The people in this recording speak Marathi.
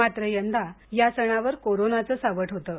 मात्र यंदा या सणावर कोरोनाचं सावट होतं